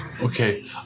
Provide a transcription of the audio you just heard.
Okay